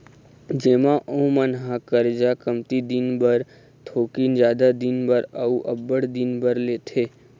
जेमा ओमन ह करजा कमती दिन बर, थोकिन जादा दिन बर, अउ अब्बड़ दिन बर लेथे